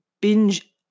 binge